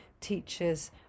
teachers